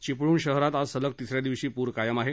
चिपळूण शहरात आज सलग तिसऱ्या दिवशी पूर कायम आहे